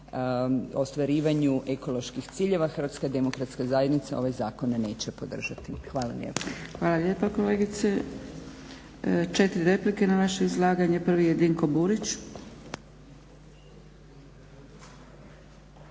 ostvarivanju ekoloških ciljeva Hrvatska demokratska zajednica ove zakone neće podržati. Hvala lijepa. **Zgrebec, Dragica (SDP)** Hvala lijepa kolegice. Četiri replike na vaše izlaganje. Prvi je Dinko Burić.